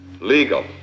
legal